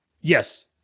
Yes